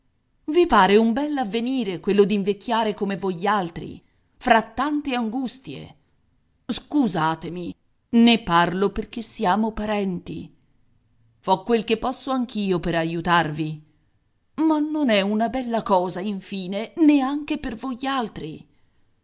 i pare un bell'avvenire quello d'invecchiare come voialtri fra tante angustie scusatemi ne parlo perché siamo parenti fo quel che posso anch'io per aiutarvi ma non è una bella cosa infine neanche per voialtri